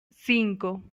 cinco